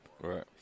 right